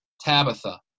Tabitha